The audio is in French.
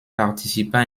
participa